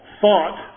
thought